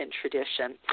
Tradition